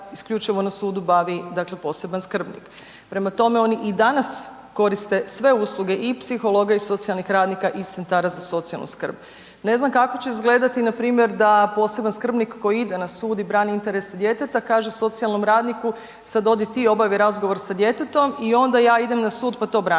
isključivo na sudu bavi dakle poseban skrbnik. Prema tome, oni i danas koriste sve usluge i psihologa i socijalnih radnika iz Centara za socijalnu skrb. Ne znam kako će izgledati npr. da poseban skrbnik koji ide na sud i brani interese djeteta kaže socijalnom radniku sad odi ti obavi razgovor sa djetetom i onda ja idem na sud pa to branim.